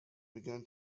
began